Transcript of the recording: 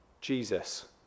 Jesus